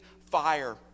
fire